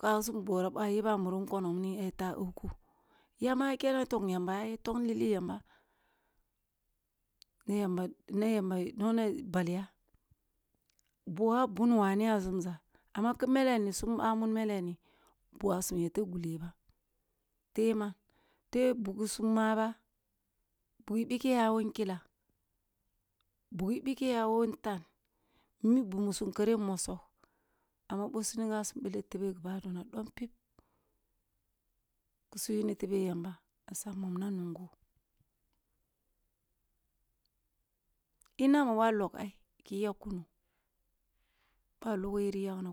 Balasum bora boh a yeba a mun nkonong mini aye taban kun, yama nya kenne tong yamba, nay amba nono bolyah boh a bun wane a zumza amma mele ni sum bamun mele ni bowassum yebeh ugu sum manang ba, bugi bike yaro nkila, bugi bike yawo ntan, mi bumisum kare mosigh amma boh sun inga sum tere gimina dompib suyeni tebehhh yamba ku si mom nungo. Inama boh logh ai ki yakkuno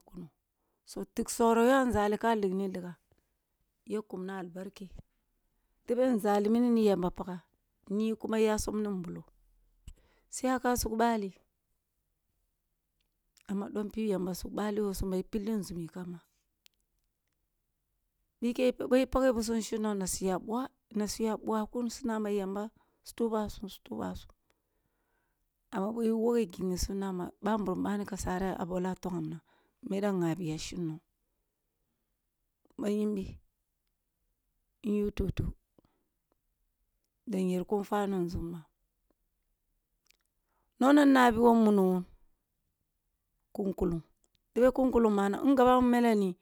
so tik soro yoh a nzali ka ligni liga ya kume albaoke, paga, niyi kuma ya sobni mbulo suyaka suk bali amma dompib yamba sugh bali wo sum ba pilli nzumi kam ba bikeh boh page busum shin dong nnssu ya bwa na suya bwa kun suna ma yamba su lubasum su tubasum iwogh giyi sum na ma bamurum bana kassara bole tong mins mere ngabiya slinding. Ba yimbo in yu tutu da nyar kun twani nzum ban ono nabi muniwun, kun kulung tebe kun kulung manang wan gabawun meleni